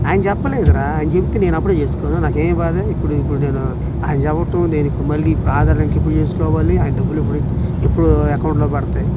ఆయన చెప్పలేదురా ఆయన చెప్తే నేను అప్పుడే చేసుకోను నాకేమి బాధ ఆయన చెప్పటం మళ్ళీ నేను ఆధార్ లింక్ ఎప్పుడు చేసుకోవాలి ఆ డబ్బులు ఇప్పుడు అకౌంట్లో పడతాయి